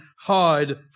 hide